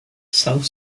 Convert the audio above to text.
self